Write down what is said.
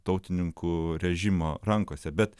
tautininkų režimo rankose bet